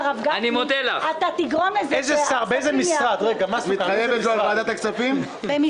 אמרתי לו: לא יכול להיות שהמדינה משותקת רק בגלל שלא